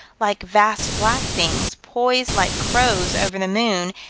like vast black things, poised like crows over the moon,